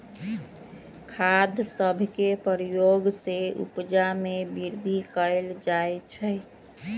खाद सभके प्रयोग से उपजा में वृद्धि कएल जाइ छइ